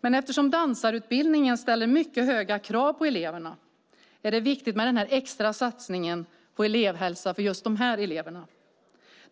Men eftersom dansarutbildningen ställer mycket höga krav på eleverna är det viktigt med den extra satsningen på elevhälsa just för dessa elever.